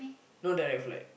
no direct flight